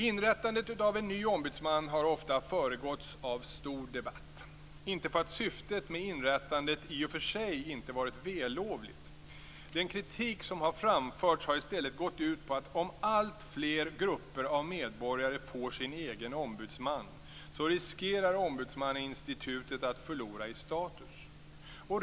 Inrättandet av en ny ombudsman har ofta föregåtts av stor debatt. Inte för att syftet med inrättandet i och för sig inte varit vällovligt, men den kritik som har framförts har gått ut på att ombudsmannainstitutet riskerar att förlora i status om alltfler grupper av medborgare får sin egen ombudsman.